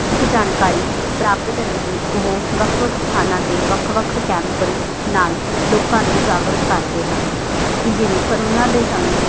ਇਹ ਜਾਣਕਾਰੀ ਪ੍ਰਾਪਤ ਕਰਨ ਲਈ ਉਹ ਵੱਖ ਵੱਖ ਸਥਾਨਾਂ 'ਤੇ ਵੱਖ ਵੱਖ ਕੈਂਪ ਨਾਲ ਲੋਕਾਂ ਨੂੰ ਜਾਗਰੂਕ ਕਰਦੇ ਹਨ ਜਿਵੇਂ ਕਰੋਨਾ ਦੇ ਸਮੇਂ